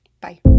bye